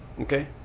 Okay